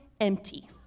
empty